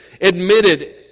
admitted